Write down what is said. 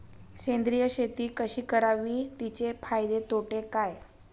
सेंद्रिय शेती कशी करावी? तिचे फायदे तोटे काय?